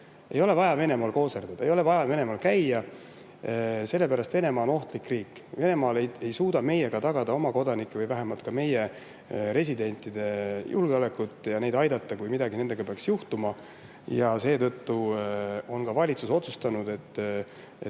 Ei ole vaja Venemaal kooserdada, ei ole vaja Venemaal käia, sellepärast et Venemaa on ohtlik riik. Venemaal ei suuda ka meie tagada oma kodanike või residentide julgeolekut ega neid aidata, kui midagi nendega peaks juhtuma. Seetõttu on valitsus otsustanud, et